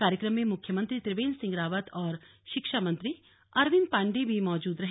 कार्यक्रम में मुख्यमंत्री त्रिवेंद्र सिंह रावत और शिक्षा मंत्री अरविंद पांडेय भी मौजूद रहे